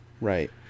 Right